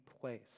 place